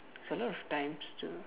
it's a lot of times to